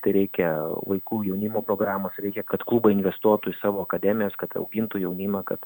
tai reikia vaikų jaunimo programos reikia kad klubai investuotų į savo akademijas kad augintų jaunimą kad